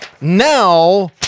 now